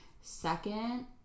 second